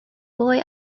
boy